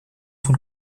von